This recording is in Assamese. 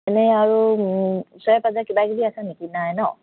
এনেই আৰু ওচৰে পাজৰে কিবা কিবি আছে নেকি নাই নহ্